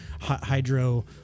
hydro